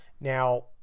Now